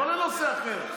אבל על הנושא, לא על נושא אחר.